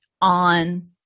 on